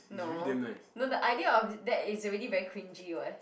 no no the idea of that is already very cringey [what]